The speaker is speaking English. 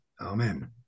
Amen